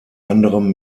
anderem